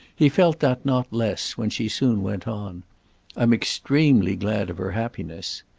he felt that not less when she soon went on i'm extremely glad of her happiness.